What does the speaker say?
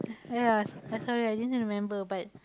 yes uh sorry I didn't remember but